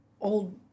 old